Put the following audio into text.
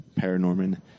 Paranorman